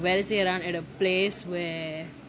வேலை செய்றேன்:velai seiraen at a place where